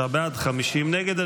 33 בעד, 50 נגד.